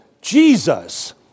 Jesus